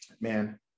man